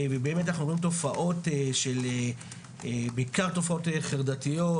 ובאמת אנחנו רואים תופעות של בעיקר תופעות חרדתיות,